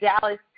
Dallas